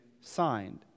signed